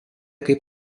kaip